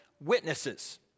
witnesses